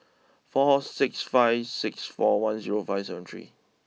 four six five six four one zero five seven three